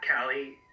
callie